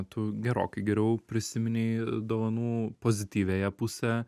tu gerokai geriau prisiminei dovanų pozityviąją pusę